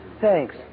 Thanks